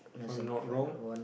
if I'm not wrong